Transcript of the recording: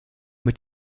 mit